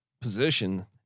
position